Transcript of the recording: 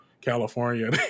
California